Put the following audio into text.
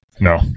No